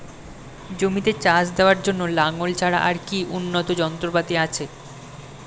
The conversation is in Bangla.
জমিতে চাষ দেওয়ার জন্য লাঙ্গল ছাড়া আর কি উন্নত যন্ত্রপাতি আছে?